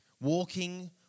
Walking